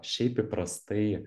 šiaip įprastai